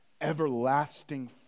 Everlasting